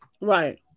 Right